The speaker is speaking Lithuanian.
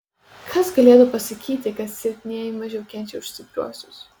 kas galėtų pasakyti kad silpnieji mažiau kenčia už stipriuosius